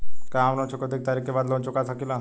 का हम लोन चुकौती के तारीख के बाद लोन चूका सकेला?